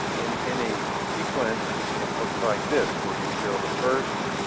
in in a sequence, it looks like this. where you fill the first,